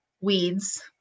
weeds